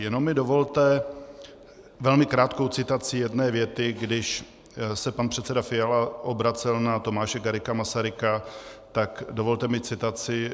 Jenom mi dovolte velmi krátkou citaci jedné věty, když se pan předseda Fiala obracel na Tomáše Garrigua Masaryka, tak dovolte mi citaci.